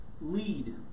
lead